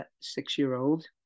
six-year-old